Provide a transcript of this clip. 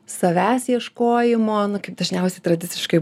savęs ieškojimo na kaip dažniausiai tradiciškai